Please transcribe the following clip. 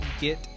Get